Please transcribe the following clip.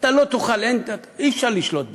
אתה לא תוכל, אי-אפשר לשלוט בזה.